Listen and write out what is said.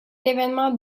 événement